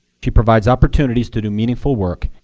she provides opportunities to do meaningful work,